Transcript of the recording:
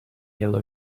yellow